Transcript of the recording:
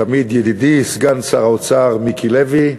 תמיד ידידי סגן שר האוצר מיקי לוי,